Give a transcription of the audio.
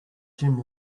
gym